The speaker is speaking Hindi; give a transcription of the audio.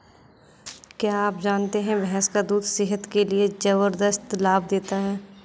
क्या आप जानते है भैंस का दूध सेहत के लिए जबरदस्त लाभ देता है?